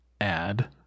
add